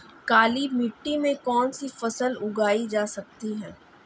काली मिट्टी में कौनसी फसल उगाई जा सकती है?